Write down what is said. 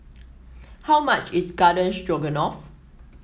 how much is Garden Stroganoff